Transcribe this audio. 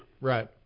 Right